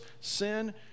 sin